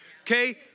okay